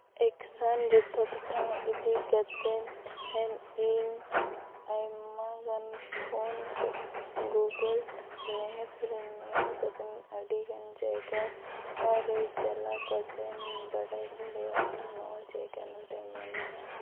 ᱮᱠᱥᱮᱱ ᱡᱚᱛᱚ ᱠᱟᱛᱷᱟ ᱤᱫᱤ ᱠᱟᱛᱮᱱ ᱤᱧ ᱟᱭᱢᱟ ᱜᱟᱱ ᱯᱷᱳᱱ ᱥᱮ ᱜᱩᱜᱩᱞ ᱢᱮᱯ ᱨᱮᱧ ᱧᱮᱞ ᱠᱟᱛᱮ ᱟᱹᱰᱤ ᱜᱟᱱ ᱡᱟᱭᱜᱟ ᱨᱮ ᱪᱟᱞᱟᱣ ᱠᱟᱛᱮ ᱤᱧ ᱵᱟᱲᱟᱭ ᱫᱟᱲᱮᱭᱟᱜ ᱠᱟᱱᱟ ᱱᱚᱣᱟ ᱡᱟᱭᱜᱟ ᱱᱚᱰᱮ ᱢᱮᱱᱟᱜᱼᱟ